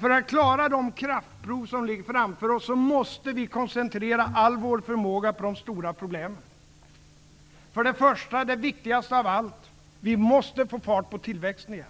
För att klara de kraftprov som ligger framför oss, måste vi koncentrera all vår förmåga på att lösa de stora problemen. För det första, och det viktigaste av allt: Vi måste få fart på tillväxten igen.